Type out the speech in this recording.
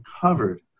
covered